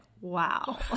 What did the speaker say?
wow